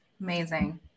Amazing